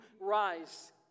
rise